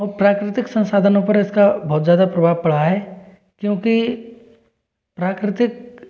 और प्राकृतिक संसाधनों पर इसका बहुत ज़्यादा प्रभाव पड़ा है क्योंकि प्राकृतिक